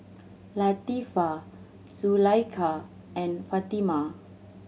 Latifa Zulaikha and Fatimah